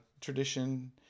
tradition